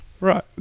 Right